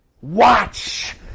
Watch